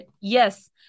Yes